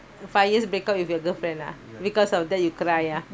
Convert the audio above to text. five years break up with your girlfriend ah because of that you cry ah ah